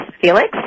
Felix